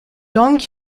dong